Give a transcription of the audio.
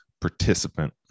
participant